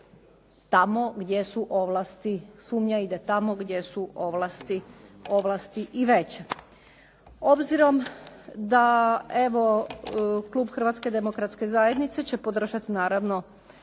tamo gdje su ovlasti sumnja i da tamo gdje su ovlasti i veće. Obzirom da evo Klub Hrvatske demokratske zajednice će podržati naravno